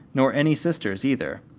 nor any sisters either.